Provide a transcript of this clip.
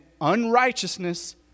unrighteousness